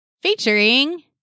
featuring